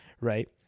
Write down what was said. right